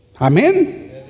Amen